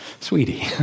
sweetie